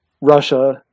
russia